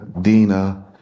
Dina